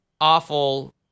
awful